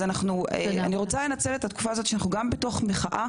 אז אני רוצה לנצל את התקופה הזאת שאנחנו גם בתוך מחאה,